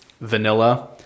vanilla